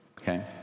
Okay